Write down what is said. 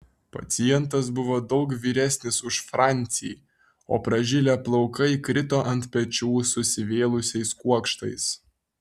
pacientas buvo daug vyresnis už francį o pražilę plaukai krito ant pečių susivėlusiais kuokštais